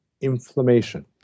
inflammation